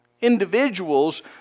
Individuals